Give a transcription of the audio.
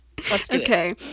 Okay